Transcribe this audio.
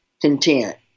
Content